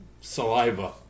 Saliva